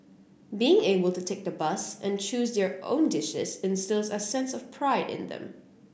being able to take the bus and choose their own dishes instils a sense of pride in them